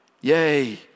Yay